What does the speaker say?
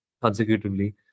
consecutively